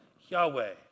Yahweh